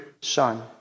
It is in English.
Son